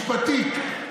משפטית.